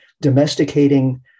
domesticating